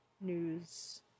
news